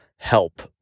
help